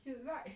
就是 right